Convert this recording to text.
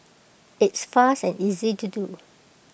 it's fast and easy to do